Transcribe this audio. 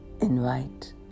invite